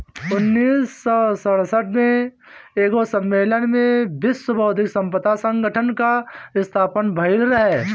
उन्नीस सौ सड़सठ में एगो सम्मलेन में विश्व बौद्धिक संपदा संगठन कअ स्थापना भइल रहे